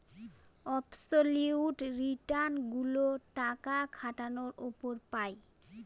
absolute return গুলো টাকা খাটানোর উপর পাই